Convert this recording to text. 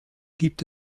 gibt